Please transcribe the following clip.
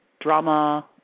drama